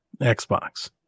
Xbox